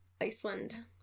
Iceland